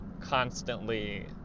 constantly